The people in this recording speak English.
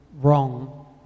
wrong